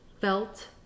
felt